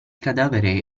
cadavere